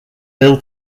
bill